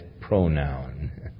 pronoun